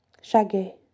shaggy